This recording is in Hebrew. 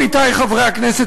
עמיתי חברי הכנסת,